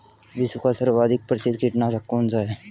विश्व का सर्वाधिक प्रसिद्ध कीटनाशक कौन सा है?